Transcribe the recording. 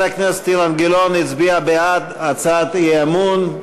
חבר הכנסת אילן גילאון הצביע בעד הצעת האי-אמון,